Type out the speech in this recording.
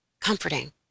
comforting